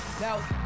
Now